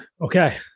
Okay